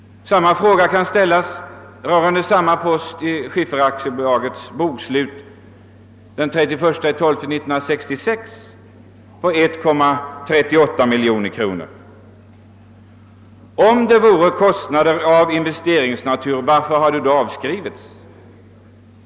Samma fråga kan ställas beträffande motsvarande post på 1,38 miljoner kronor i bolagets bokslut den 31/12 1966. Varför har man företagit avskrivningar om det rör sig om kostnader av investeringsnatur?